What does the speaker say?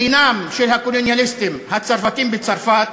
דינם של הקולוניאליסטים הצרפתים בצרפת,